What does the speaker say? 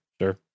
sure